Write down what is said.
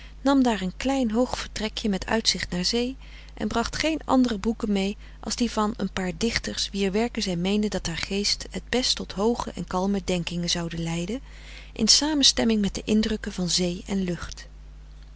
nam daar een klein hoog vertrekje met uitzicht naar zee en bracht geen andere boeken mee als die van een paar dichters wier werken zij meende dat haar geest het best tot hooge en kalme denkingen zouden leiden in samenstemming met de indrukken van zee en lucht